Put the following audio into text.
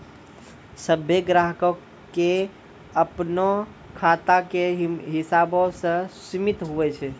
सभ्भे ग्राहको के अपनो खाता के हिसाबो से सीमित हुवै छै